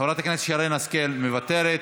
חברת הכנסת שרן השכל, מוותרת.